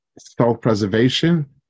self-preservation